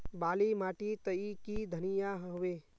बाली माटी तई की धनिया होबे?